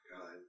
God